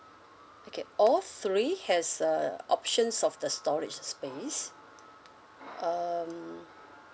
okay all three has uh options of the storage space um